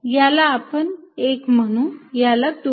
याला आपण 1 म्हणू याला 2